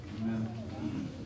amen